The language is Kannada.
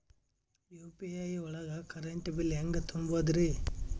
ಯು.ಪಿ.ಐ ಒಳಗ ಕರೆಂಟ್ ಬಿಲ್ ಹೆಂಗ್ ತುಂಬದ್ರಿ?